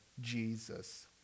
Jesus